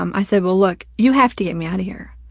um i said, well, look, you have to get me out of here.